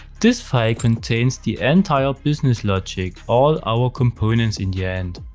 this file contains the entire business logic, all our components in the end.